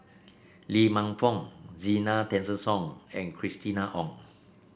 Lee Man Fong Zena Tessensohn and Christina Ong